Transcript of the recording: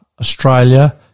Australia